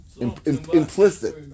Implicit